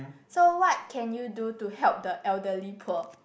so what can you do to help the elderly poor